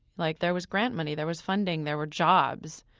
like, there was grant money, there was funding, there were jobs.